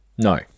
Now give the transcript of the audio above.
No